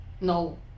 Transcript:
No